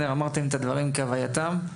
אמרתם את הדברים כהווייתם.